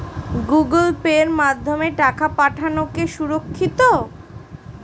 Google পের মাধ্যমে টাকা পাঠানোকে সুরক্ষিত?